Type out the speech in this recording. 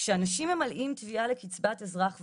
כאשר אנשים ממלאים תביעה לקצבת אזרח ותיק,